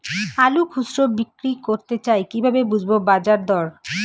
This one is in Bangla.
আলু খুচরো বিক্রি করতে চাই কিভাবে বুঝবো বাজার দর?